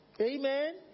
Amen